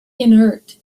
inert